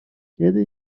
kiedy